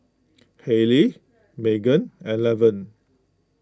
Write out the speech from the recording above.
Halley Meaghan and Lavern